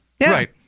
Right